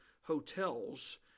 hotels